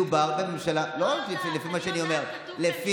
מדובר בממשלה, לא רק לפי מה שאני אומר, לא יודעת.